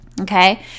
Okay